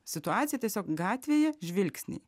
situaciją tiesiog gatvėje žvilgsnį